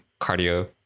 cardio